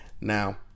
Now